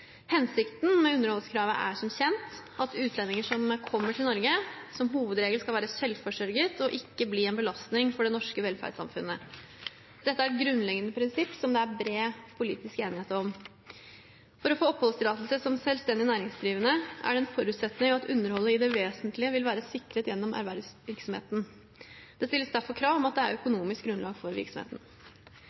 Hensikten med underholdskravet er, som kjent, at utlendinger som kommer til Norge, som hovedregel skal være selvforsørget og ikke bli en belastning for det norske velferdssamfunnet. Dette er et grunnleggende prinsipp som det er bred politisk enighet om. For å få oppholdstillatelse som selvstendig næringsdrivende er det en forutsetning at underholdet i det vesentlige vil være sikret gjennom ervervsvirksomheten. Det stilles derfor krav om at det er økonomisk grunnlag for virksomheten.